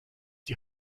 die